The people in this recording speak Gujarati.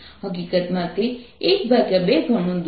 હકીકતમાં તે 12 ગણો દૂર છે